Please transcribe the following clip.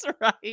right